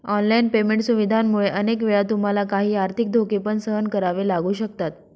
online payment सुविधांमुळे अनेक वेळा तुम्हाला काही आर्थिक धोके पण सहन करावे लागू शकतात